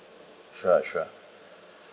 sure sure